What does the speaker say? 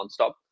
nonstop